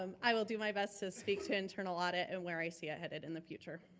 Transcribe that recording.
um i will do my best to speak to internal audit and where i see it headed in the future.